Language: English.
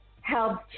help